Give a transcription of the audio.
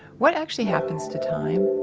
what actually happens to time?